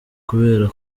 kubera